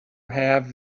have